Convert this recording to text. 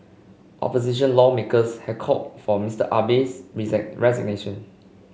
opposition lawmakers have called for Mister Abe's resignation